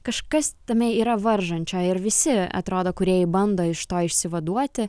kažkas tame yra varžančio ir visi atrodo kūrėjai bando iš to išsivaduoti